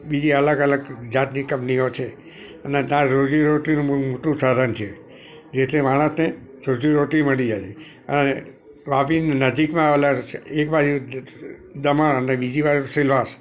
બીજી અલગ અલગ જાતની કંપનીઓ છે અને ત્યાં રોજીરોટીનું બહુ મોટું સાધન છે જેથી માણસને રોજીરોટી મળી જાય અને વાપી નજીકમાં આવેલા એકબાજુ દમણ અને બીજી બાજુ સેલવાસ